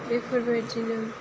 बेफोरबायदिनो